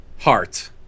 Heart